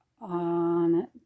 on